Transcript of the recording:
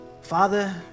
Father